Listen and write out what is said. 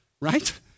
right